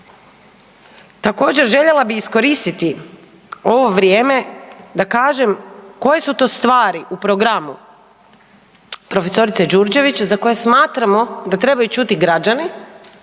Također željela bih iskoristiti ovo vrijeme da kažem koje su to stvari u programu prof. Đurđević za koje smatramo da trebaju čuti građani